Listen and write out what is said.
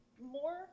more